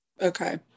Okay